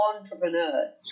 entrepreneur